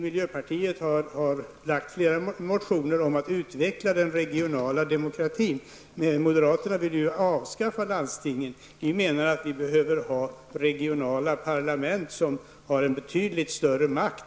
Miljöpartiet har väckt flera motioner om att utveckla den regionala demokratin. Moderaterna vill som bekant avskaffa landstingen. Vi anser att det behövs regionala parlament med betydligt större makt.